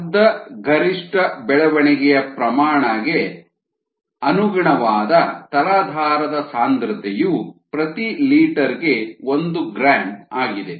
ಅರ್ಧ ಗರಿಷ್ಠ ಬೆಳವಣಿಗೆಯ ಪ್ರಮಾಣ ಗೆ ಅನುಗುಣವಾದ ತಲಾಧಾರದ ಸಾಂದ್ರತೆಯು ಪ್ರತಿ ಲೀಟರ್ ಗೆ ಒಂದು ಗ್ರಾಂ ಆಗಿದೆ